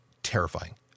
Terrifying